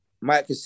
Mike